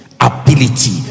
ability